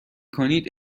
کنید